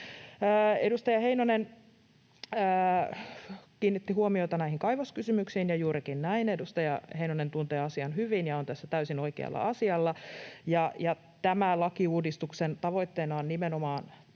Edustaja Heinonen kiinnitti huomiota näihin kaivoskysymyksiin, ja juurikin näin. Edustaja Heinonen tuntee asian hyvin ja on tässä täysin oikealla asialla. Tämän lakiuudistuksen tavoitteena on nimenomaan